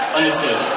Understood